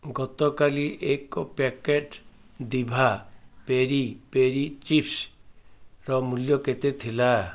ଗତକାଲି ଏକ ପ୍ୟାକେଟ୍ ଦିଭା ପେରି ପେରି ଚିପ୍ସ୍ର ମୂଲ୍ୟ କେତେ ଥିଲା